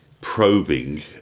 probing